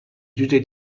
جوجه